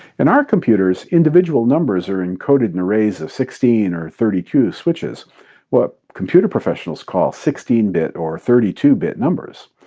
in our computers, individual numbers are encoded in arrays of sixteen or thirty two switches what computer professionals call sixteen bit or thirty two bit numbers.